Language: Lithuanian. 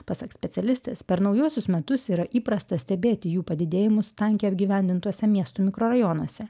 pasak specialistės per naujuosius metus yra įprasta stebėti jų padidėjimus tankiai apgyvendintuose miestų mikrorajonuose